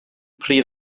prif